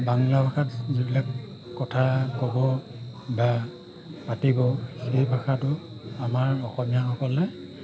বাংলা ভাষাত যিবিলাক কথা ক'ব বা পাতিব সেই ভাষাটো আমাৰ অসমীয়াসকলে